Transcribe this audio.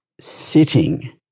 sitting